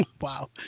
Wow